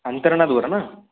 अंतर्नादवर ना